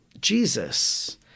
Jesus